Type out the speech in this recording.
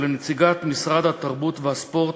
ולנציגת משרד התרבות והספורט,